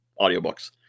audiobooks